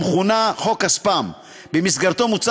המכונה "חוק הספאם"; במסגרתו מוצע